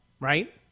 Right